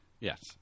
Yes